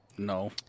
No